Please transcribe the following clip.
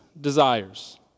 desires